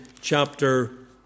chapter